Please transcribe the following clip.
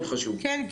כן.